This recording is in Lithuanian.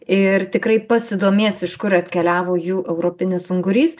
ir tikrai pasidomės iš kur atkeliavo jų europinis ungurys